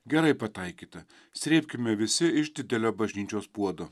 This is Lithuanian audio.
gerai pataikyta srėbkime visi iš didelio bažnyčios puodo